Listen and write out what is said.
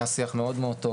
היה שיח מאוד מאוד טוב